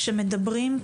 כשמדברים,